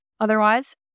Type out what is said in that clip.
Otherwise